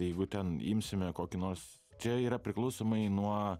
jeigu ten imsime kokį nors čia yra priklausomai nuo